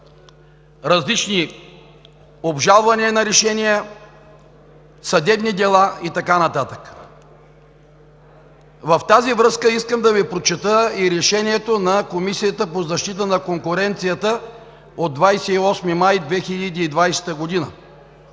различни обжалвания на решения, съдебни дела и така нататък. В тази връзка искам да Ви прочета и решението на Комисията за защита на конкуренцията от 28 май 2020 г.